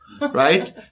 Right